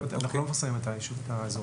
אנחנו לא מפרסמים את האזור.